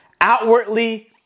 outwardly